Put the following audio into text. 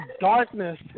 darkness